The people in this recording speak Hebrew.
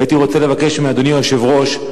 הייתי רוצה לבקש מאדוני היושב-ראש,